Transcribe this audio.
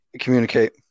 communicate